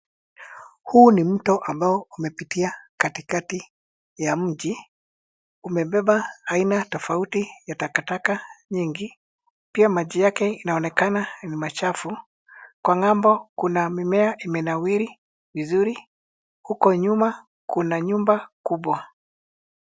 Huu ni mto ambao umepitia katikati ya mji. Umebeba aina tofauti ya takataka nyingi. Pia maji yake inaonekana ni machafu. Kwa ng'ambo kuna mimea imenawiri vizuri. Huko nyuma kuna nyumba kubwa.